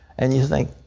and you think,